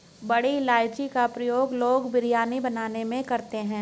बड़ी इलायची का प्रयोग लोग बिरयानी बनाने में करते हैं